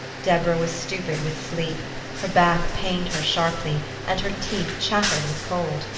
deborah was stupid with sleep her back pained her sharply and her teeth chattered with cold,